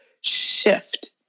shift